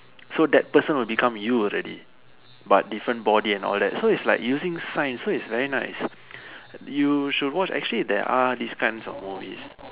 so that person will become you already but different body and all that so it's like using science so it's very nice you should watch actually there's are these kinds of movies